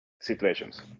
situations